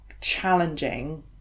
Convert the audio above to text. challenging